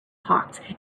hawks